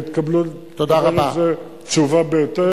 ותקבלו תשובה בהתאם,